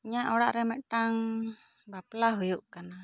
ᱤᱧᱟᱹᱜ ᱚᱲᱟᱜ ᱨᱮ ᱢᱤᱫᱴᱟᱝ ᱵᱟᱯᱞᱟ ᱦᱩᱭᱩᱜ ᱠᱟᱱᱟ